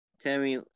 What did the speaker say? Tammy